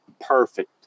Perfect